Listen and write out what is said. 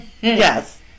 Yes